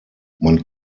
man